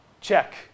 Check